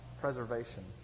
preservation